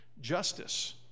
justice